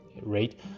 rate